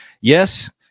Yes